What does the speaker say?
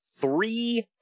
three